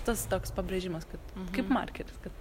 tas toks pabrėžimas kad kaip markeris kad